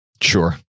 Sure